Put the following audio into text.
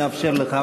אני אאפשר לך.